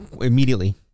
immediately